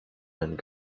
and